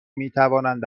میتوانند